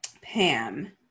Pam